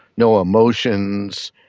no emotions,